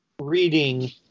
reading